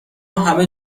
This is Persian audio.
همه